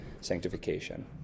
sanctification